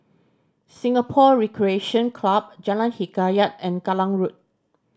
Singapore Recreation Club Jalan Hikayat and Kallang Road